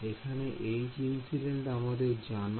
এখানে আমাদের জানা